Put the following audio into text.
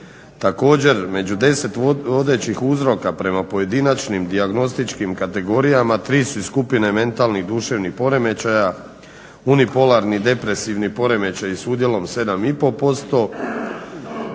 Također među 10 vodećih uzroka prema pojedinačnim dijagnostičkim kategorijama tri su skupne mentalnih i duševnih poremećaja. Unipolarni, depresivni poremećaji s udjelom 7,5%,